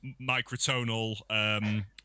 microtonal